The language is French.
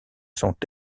sont